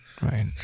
right